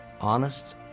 honest